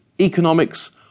economics